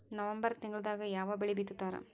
November ತಿಂಗಳದಾಗ ಯಾವ ಬೆಳಿ ಬಿತ್ತತಾರ?